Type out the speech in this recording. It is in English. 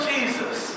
Jesus